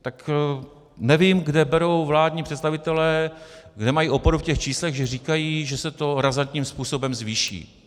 Tak nevím, kde berou vládní představitelé, kde mají oporu v číslech, že říkají, že se to razantním způsobem zvýší.